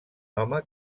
home